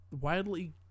widely